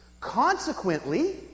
Consequently